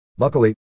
Luckily